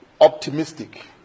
optimistic